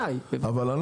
אבל,